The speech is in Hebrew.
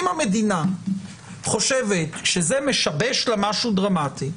אם המדינה חושבת שזה משבש לה משהו דרמטי,